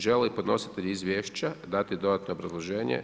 Žele li podnositelji izvješća dati dodatno obrazloženje?